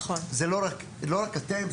זה לא רק אתם,